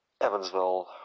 Evansville